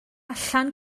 allan